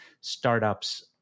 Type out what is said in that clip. startups